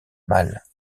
mâles